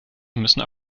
müssen